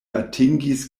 atingis